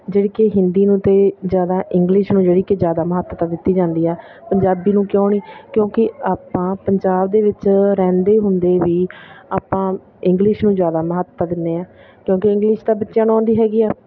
ਜਿਹੜੀ ਕਿ ਹਿੰਦੀ ਨੂੰ ਅਤੇ ਜ਼ਿਆਦਾ ਇੰਗਲਿਸ਼ ਨੂੰ ਜਿਹੜੀ ਕਿ ਜ਼ਿਆਦਾ ਮਹੱਤਤਾ ਦਿੱਤੀ ਜਾਂਦੀ ਹੈ ਪੰਜਾਬੀ ਨੂੰ ਕਿਉਂ ਨਹੀਂ ਕਿਉਂਕਿ ਆਪਾਂ ਪੰਜਾਬ ਦੇ ਵਿੱਚ ਰਹਿੰਦੇ ਹੁੰਦੇ ਵੀ ਆਪਾਂ ਇੰਗਲਿਸ਼ ਨੂੰ ਜ਼ਿਆਦਾ ਮਹੱਤਤਾ ਦਿੰਦੇ ਹਾਂ ਕਿਉਂਕਿ ਇੰਗਲਿਸ਼ ਦਾ ਬੱਚਿਆਂ ਨੂੰ ਆਉਂਦੀ ਹੈਗੀ ਆ